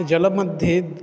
जलमध्ये